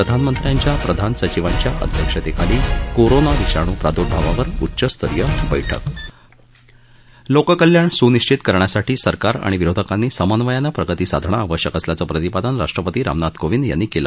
प्रधानमंत्र्यांच्या प्रधान सचिवांच्या अध्यक्षतेखाली कोरोना विषाणू प्रादुर्भावावर उच्चस्तरीय बैठक लोककल्याण स्निश्चित करण्यासाठी सरकार आणि विरोधकांनी समन्वयानं प्रगती साधणं आवश्यक असल्याचं प्रतिपादन राष्ट्रपती रामनाथ कोविंद यांनी केलं